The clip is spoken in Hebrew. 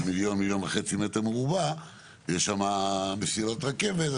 מיליון-מיליון וחצי מטר מרובע ויש שם מסילת רכבת,